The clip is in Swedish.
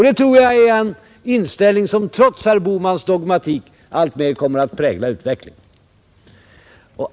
Det tror jag är en inställning som trots herr Bohmans dogmatik alltmer kommer att prägla utvecklingen.